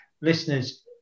Listeners